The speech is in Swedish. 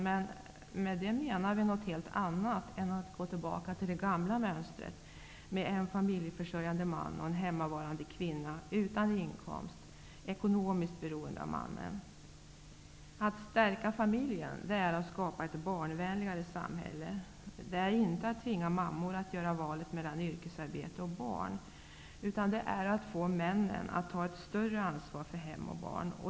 Men med det menar vi något helt annat än att gå tillbaka till det gamla mönstret, med en familjeförsörjande man och en hemmavarande kvinna, utan egen inkomst och ekonomiskt beroende av mannen. Att stärka familjen är att skapa ett barnvänligare samhälle. Det är att inte tvinga mammor att göra valet mellan yrkesarbete och barn. Det är att få männen att ta ett större ansvar för hem och barn.